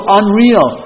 unreal